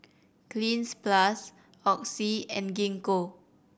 Cleanz Plus Oxy and Gingko